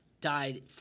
died